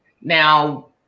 Now